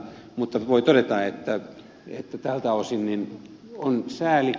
mutta voi todeta että tältä osin on sääli